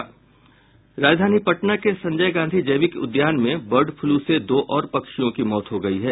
राजधानी पटना के संजय गांधी जैविक उद्यान में बर्ड फ्लू से दो और पक्षियों की मौत हो गयी है